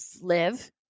live